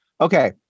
okay